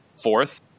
fourth